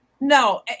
No